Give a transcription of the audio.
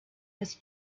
has